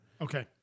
Okay